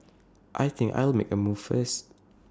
I think I'll make A move first